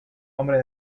hombre